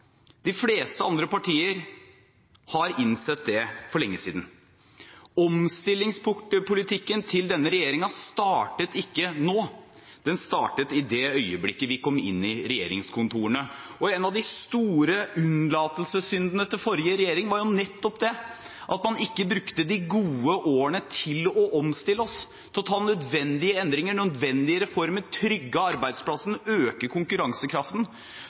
De fleste andre partier har innsett det for lenge siden. Omstillingspolitikken til denne regjeringen starter ikke nå, den startet i det øyeblikket vi kom inn i regjeringskontorene. En av de store unnlatelsessyndene til forrige regjering var nettopp at man ikke brukte de gode årene til å omstille oss, til å gjøre nødvendige endringer, gjennomføre nødvendige reformer, trygge arbeidsplassene og øke konkurransekraften,